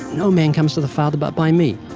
no man comes to the father but by me.